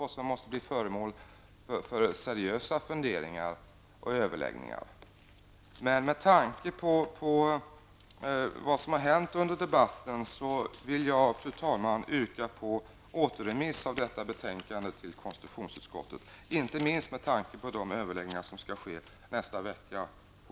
Den måste bli föremål för seriösa funderingar och överläggningar. Men med tanke på det som har hänt under debatten vill jag, fru talman, yrka på återremiss av detta betänkande till konstitutionsutskottet, inte minst med tanke på de överläggningar som skall ske nästa vecka på